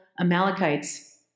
Amalekites